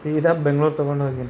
ಸೀದಾ ಬೆಂಗಳೂರು ತಗೊಂಡು ಹೋಗೀನಿ